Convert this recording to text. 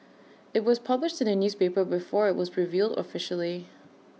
IT was published in the newspaper before IT was revealed officially